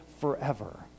forever